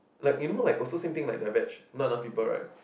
like you know like also same thing like batch not of people right